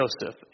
Joseph